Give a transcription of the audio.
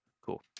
Cool